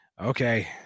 Okay